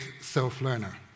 self-learner